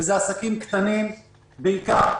ואלה עסקים קטנים בעיקר,